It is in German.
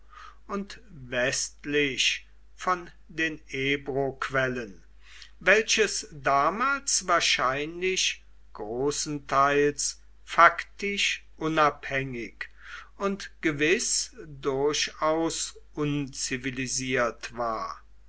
und westlich von den ebroquellen welches damals wahrscheinlich großenteils faktisch unabhängig und gewiß durchaus unzivilisiert war